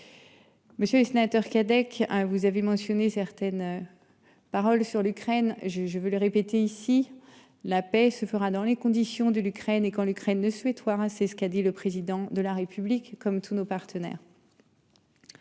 Monsieur le Sénateur Cadec hein vous avez mentionné certaines. Paroles sur l'Ukraine. Je je veux le répéter ici la paix se fera dans les conditions de l'Ukraine. Et quand l'Ukraine suédois hein c'est ce qu'a dit le président de la république comme tous nos partenaires.--